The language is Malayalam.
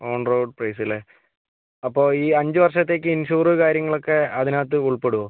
ഓൺറോഡ് പ്രൈസ് അല്ലേ അപ്പോൾ ഈ അഞ്ച് വർഷത്തേക്ക് ഇൻഷുറ് കാര്യങ്ങളൊക്കെ അതിന് അകത്ത് ഉൾപ്പെടുമോ